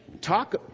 talk